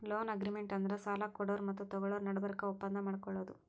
loan agreement ಅಂದ್ರ ಸಾಲ ಕೊಡೋರು ಮತ್ತ್ ತಗೋಳೋರ್ ನಡಬರ್ಕ್ ಒಪ್ಪಂದ್ ಮಾಡ್ಕೊಳದು